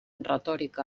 retòrica